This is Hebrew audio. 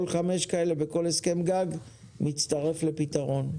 כל 5% כאלה בכל הסכם גג מצטרף לפתרון.